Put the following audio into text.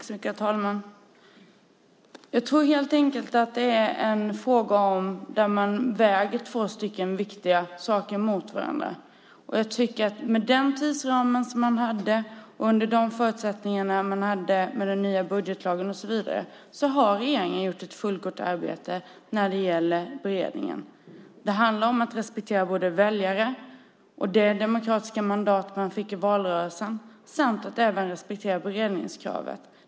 Herr talman! Det är helt enkelt en fråga om att väga två viktiga saker mot varandra. Med den tidsram som man hade och under de förutsättningar man hade med den nya budgetlagen och så vidare gjorde regeringen ett fullgott arbete när det gäller beredningen. Det handlar om att respektera väljare och det demokratiska mandat man fick i valrörelsen och att även respektera beredningskravet.